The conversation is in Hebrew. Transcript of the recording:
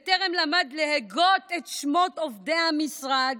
בטרם למד להגות את שמות עובדי המשרד,